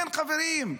אין, חברים.